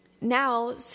Now